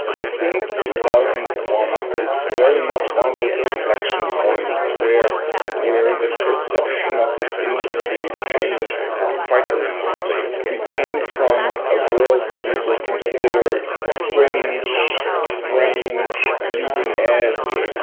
i think two thousand and one is very much one of those inflection points where where the perception of this industry changed quite dramatically. we came from a world where we were considered fringe, strange, bleeding edge,